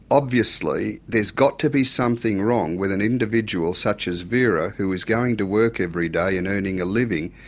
obviously there's got to be something wrong with an individual such as vera, who is going to work every day and earning a living,